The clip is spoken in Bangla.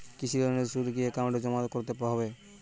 কৃষি লোনের সুদ কি একাউন্টে জমা করতে হবে?